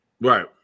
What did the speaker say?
right